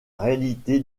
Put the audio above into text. réalité